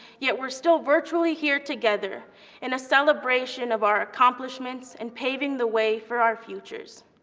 yet we're still virtually here together in a celebration of our accomplishments and paving the way for our futures.